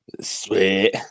Sweet